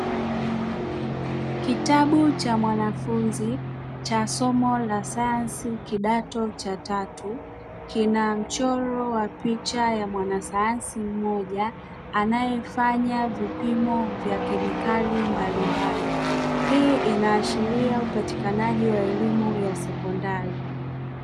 Kitabu cha mwanafunzi cha somo la sayansi kidato cha tatu kina mchoro wa picha ya mwanasayansi mmoja anayefanya vipimo vya kemikali mbalimbali, hii inaashiria upatikanaji wa elimu ya sekondari